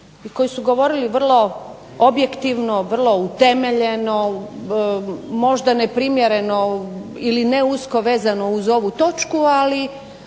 koji su govorili vrlo objektivno, vrlo utemeljeno, možda neprimjereno ili ne usko vezano uz ovu točku. Ali